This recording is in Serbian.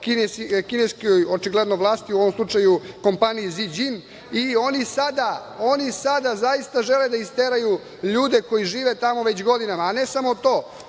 kineskoj, očigledno, vlasti, u ovom slučaju kompaniji „Zi Đin“ i oni sada zaista žele da isteraju ljude koji žive tamo već godinama. Ne samo to,